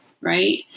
right